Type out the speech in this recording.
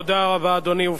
תודה רבה, אדוני.